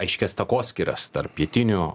aiškias takoskyros tarp pietinių